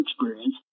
experience